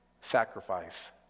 sacrifice